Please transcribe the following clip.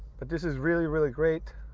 but this is really, really great.